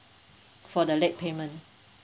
for the late payment